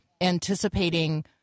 anticipating